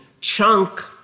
chunk